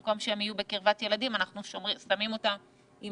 במקום שהם יהיו בקרבת ילדים אנחנו שמים אותם עם